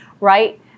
right